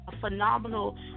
phenomenal